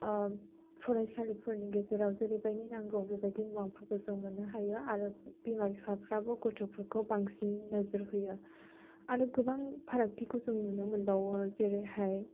फरायसालिफोरनि गेजेराव जेरैबायदि नांगौ बेबायदि मुवाफोरखौ जों मोननो हायो आरो बिमा बिफाफोराबो गथ'फोरखौ बांसिन नोजोर होयो आरो गोबां फारागथिखौ जों नुनो मोनबावो जेरैहाय